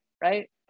right